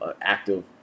active